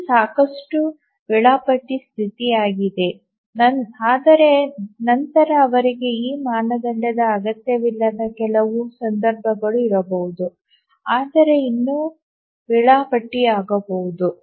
ಇದು ಸಾಕಷ್ಟು ವೇಳಾಪಟ್ಟಿ ಸ್ಥಿತಿಯಾಗಿದೆ ಆದರೆ ನಂತರ ಅವರಿಗೆ ಈ ಮಾನದಂಡದ ಅಗತ್ಯವಿಲ್ಲದ ಕೆಲವು ಸಂದರ್ಭಗಳು ಇರಬಹುದು ಆದರೆ ಇನ್ನೂ ವೇಳಾಪಟ್ಟಿಯಾಗಬಹುದು